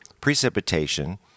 precipitation